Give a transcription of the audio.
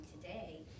today